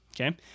Okay